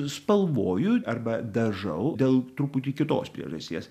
spalvoju arba dažau dėl truputį kitos priežasties